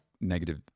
negative